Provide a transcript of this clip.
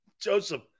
Joseph